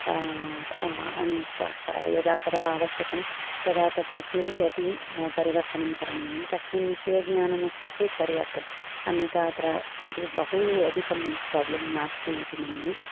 यदा कदा आवश्यकं तदा तत्र ट्यूब् अपि परिवर्तनं करणीयं तस्मिन् विषये ज्ञानमस्ति चेत् परियाप्तम् अन्यथा अत्र किमपि बहू अधिकं प्राब्लम् नास्तीति मन्ये